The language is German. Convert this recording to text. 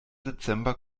dezember